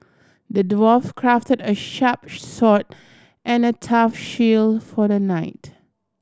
the dwarf crafted a sharp sword and a tough shield for the knight